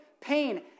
pain